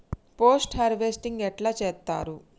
Post harvesting ఎట్ల చేత్తరు?